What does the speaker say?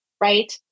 Right